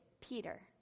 Peter